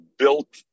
built